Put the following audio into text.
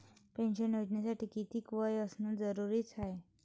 Pension योजनेसाठी कितीक वय असनं जरुरीच हाय?